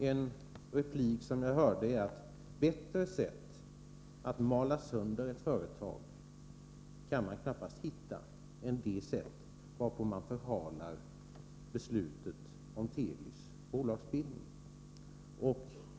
En replik som jag hörde är att bättre sätt att mala sönder ett företag kan man knappast hitta än det sätt varpå man förhalar beslutet om Telis bolagsbildning.